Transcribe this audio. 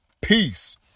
peace